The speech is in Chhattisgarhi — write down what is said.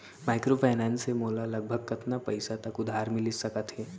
माइक्रोफाइनेंस से मोला लगभग कतना पइसा तक उधार मिलिस सकत हे?